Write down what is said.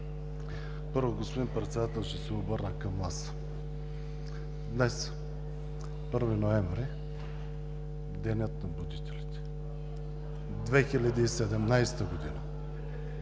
Първо, господин Председател, ще се обърна към Вас. Днес, 1 ноември – Денят на будителите, 2017 г.